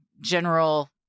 general